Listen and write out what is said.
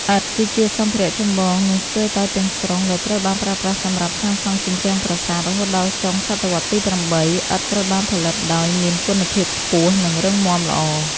ឥដ្ឋ គឺជាសម្ភារៈចម្បង និងស្ទើរតែទាំងស្រុងដែលត្រូវបានប្រើប្រាស់សម្រាប់សាងសង់ជញ្ជាំងប្រាសាទ រហូតដល់ចុងសតវត្សរ៍ទី៨ ឥដ្ឋត្រូវបានផលិតដោយមានគុណភាពខ្ពស់ និងរឹងមាំល្អ។